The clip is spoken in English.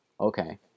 Okay